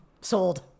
Sold